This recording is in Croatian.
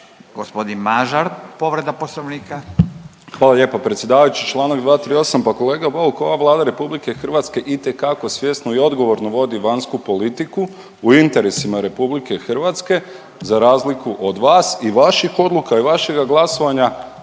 Gospodin Mažar povreda Poslovnika. **Mažar, Nikola (HDZ)** Hvala lijepo predsjedavajući. Čl. 238. Pa kolega Bauk kako ova Vlada RH itekako svjesno i odgovorno vodi vanjsku politiku u interesima RH za razliku od vas i vaših odluka i vašega glasovanja,